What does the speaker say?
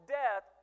death